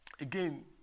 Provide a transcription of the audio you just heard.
Again